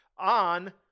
on